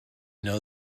know